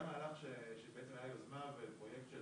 היה מהלך שבעצם היה יוזמה ופרויקט של